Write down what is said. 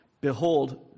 behold